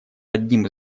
одним